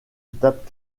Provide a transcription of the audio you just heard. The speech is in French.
étape